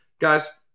Guys